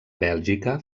bèlgica